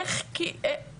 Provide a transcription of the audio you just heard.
אבל כאילו איך?